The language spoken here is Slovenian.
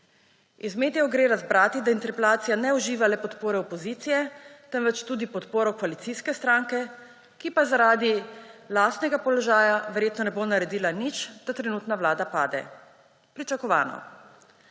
Iz medijev gre razbrati, da interpelacija ne uživa le podpore opozicije, temveč tudi podporo koalicijske stranke, ki pa zaradi lastnega položaja verjetno ne bo naredila nič, da trenutna vlada pade. Pričakovano.